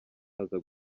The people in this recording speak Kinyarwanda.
aza